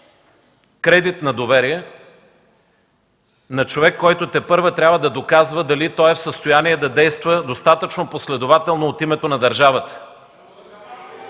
кредит на доверие на човек, който тепърва трябва да доказва дали той е в състояние да действа достатъчно последователно от името на държавата.